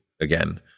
again